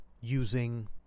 using